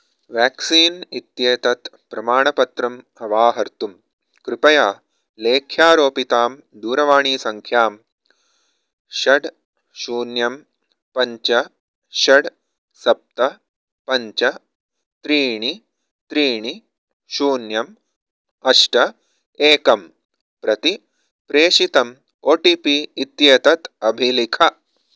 vaccine इत्येतत् प्रमाणपत्रम् अवाहर्तुं कृपया लेख्यारोपितां दूरवाणीसङ्ख्यां षड् शून्यं पञ्च षड् सप्त पञ्च त्रीणि त्रीणि शून्यम् अष्ट एकं प्रति प्रेषितम् ओटिपि इत्येतत् अभिलिख